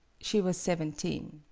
she was seventeen.